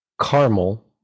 Caramel